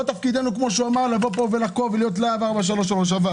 לא תפקידנו לחקור ולהיות 433. אבל